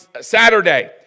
Saturday